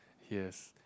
yes